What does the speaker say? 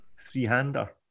three-hander